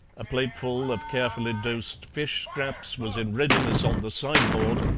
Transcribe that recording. a plateful of carefully dosed fish scraps was in readiness on the sideboard,